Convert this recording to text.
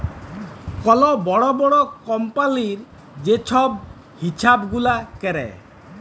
call বড় বড় কম্পালির যে ছব হিছাব গুলা ক্যরে